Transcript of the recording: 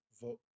vote